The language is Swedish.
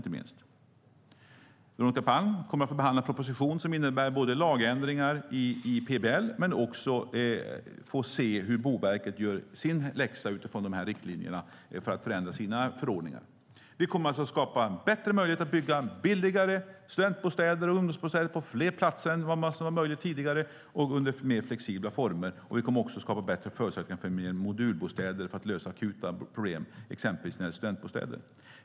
Veronica Palm kommer att få både behandla en proposition som innebär lagändringar i PBL och se hur Boverket gör sin läxa utifrån riktlinjerna för att förändra sina förordningar. Vi kommer alltså att skapa bättre möjligheter att bygga billigare studentbostäder och ungdomsbostäder på fler platser än vad som var möjligt tidigare och under mer flexibla former. Vi kommer också att skapa bättre förutsättningar för modulbostäder, för att lösa akuta problem när det gäller exempelvis studentbostäder.